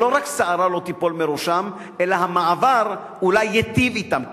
שלא רק ששערה לא תיפול מראשם אלא המעבר אולי ייטיב אתם,